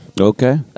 Okay